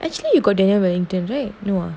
actually you got daniel wellington right now